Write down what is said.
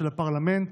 של הפרלמנט,